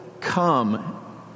come